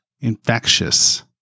infectious